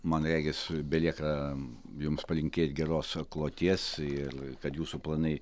man regis belieka jums palinkėt geros kloties ir kad jūsų planai